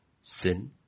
sin